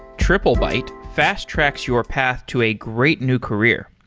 triplebyte fast-tracks your path to a great new career.